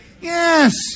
Yes